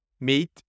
meet